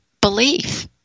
belief